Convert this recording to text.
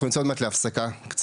אנחנו נצא עוד מעט להפסקה קצרה,